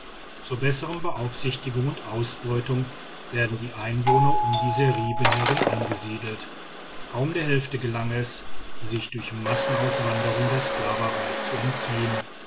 zur bessern beaufsichtigung und ausbeutung werden die einwohner um die seriben herum angesiedelt kaum der hälfte gelang es sich durch massenauswanderung der sklaverei zu entziehen